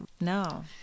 No